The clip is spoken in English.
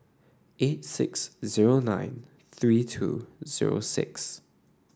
eight six zero nine three two zero six